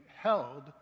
held